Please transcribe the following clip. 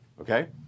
Okay